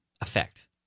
effect